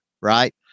right